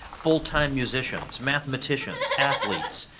full-time musicians, mathematicians, athletes,